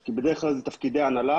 כי בדרך כלל אלה תפקידי הנהלה